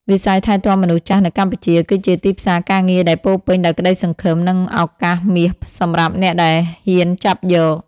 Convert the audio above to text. វិស័យថែទាំមនុស្សចាស់នៅកម្ពុជា គឺជាទីផ្សារការងារដែលពោរពេញដោយក្តីសង្ឃឹម និងឱកាសមាសសម្រាប់អ្នកដែលហ៊ានចាប់យក។